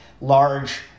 large